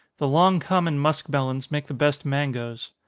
the long common muskmelons make the best mangoes.